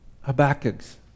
Habakkuk's